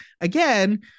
again